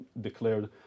declared